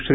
Shri